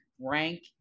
rank